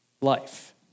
life